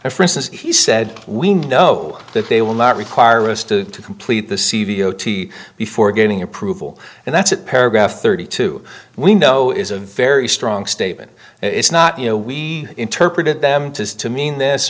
made for instance he said we know that they will not require us to complete the cvo t before getting approval and that's at paragraph thirty two we know is a very strong statement it's not you know we interpreted them to mean this